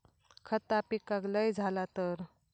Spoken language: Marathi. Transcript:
खता पिकाक लय झाला तर?